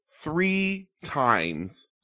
three-times